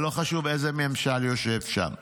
ולא חשוב איזה ממשל יושב שם.